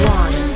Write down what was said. one